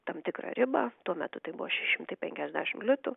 tam tikrą ribą tuo metu tai buvo šeši šimtai penkiasdešim litų